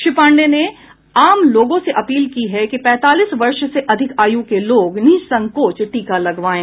श्री पांडेय ने आम लोगों से अपील की है कि पैंतालीस वर्ष से अधिक आयु के लोग निःसंकोच टीका लगवाएं